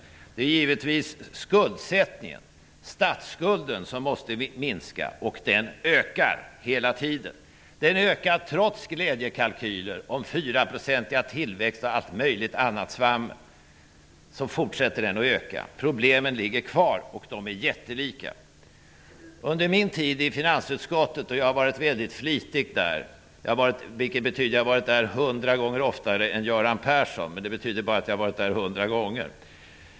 Det är givetvis statsskulden som måste minska. Den ökar hela tiden. Den ökar trots glädjekalkyler om en tillväxt på 4 % och allt möjligt annat svammel. Problemen ligger kvar, och de är jättelika. Jag har varit mycket flitig i finansutskottet. Det betyder att jag har varit där 100 gånger mer än Göran Persson. Det betyder att jag har varit där 100 gånger.